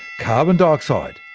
carbon dioxide,